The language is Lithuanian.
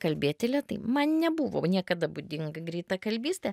kalbėti lėtai man nebuvo niekada būdinga greitakalbystė